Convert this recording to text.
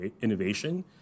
innovation